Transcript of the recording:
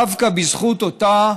דווקא בזכות אותה